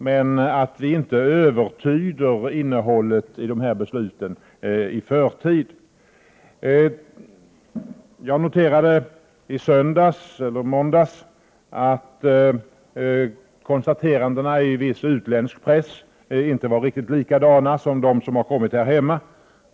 Men för den skull får vi inte så att säga övertyda innehållet i sådana här beslut i förtid. I söndags eller måndags noterade jag att vissa konstateranden i viss utländsk press inte var riktigt likadana som de konstateranden som gjorts här hemma.